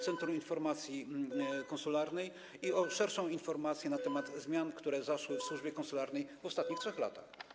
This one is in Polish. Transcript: Centrum Informacji Konsularnej i o szerszą informację na temat zmian, które zaszły w służbie konsularnej w ostatnich 3 latach.